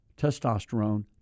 testosterone